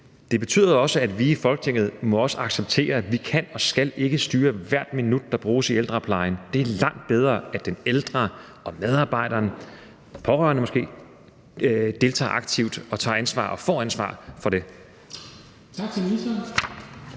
også betyder, at vi i Folketinget også må acceptere, at vi hverken kan eller skal styre hvert et minut, der bruges i ældreplejen; at det er langt bedre, at den ældre og medarbejderen og måske den pårørende deltager aktivt, tager ansvar og får ansvar for det.